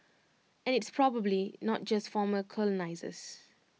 and it's probably not just former colonisers